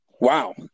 Wow